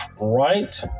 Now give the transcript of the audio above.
Right